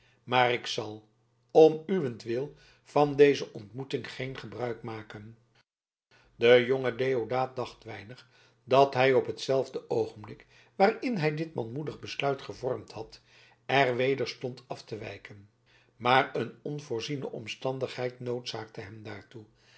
maar ik zal om uwentwil van deze ontmoeting geen gebruik maken de goede deodaat dacht weinig dat hij op hetzelfde oogenblik waarin hij dit manmoedig besluit gevormd had er weder stond af te wijken maar een onvoorziene omstandigheid noodzaakte hem daartoe